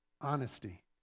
honesty